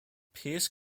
pearce